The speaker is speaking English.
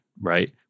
right